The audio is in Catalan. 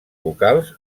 vocals